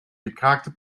gekraakte